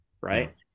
Right